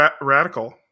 Radical